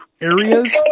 areas